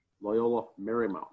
Loyola-Marymount